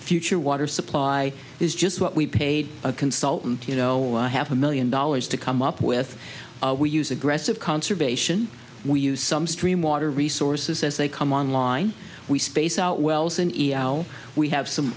future water supply is just what we paid a consultant you know half a million dollars to come up with we use aggressive conservation we use some stream water resources as they come on line we space out wells in we have some